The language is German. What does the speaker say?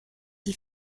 die